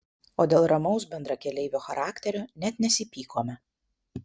o dėl ramaus bendrakeleivio charakterio net nesipykome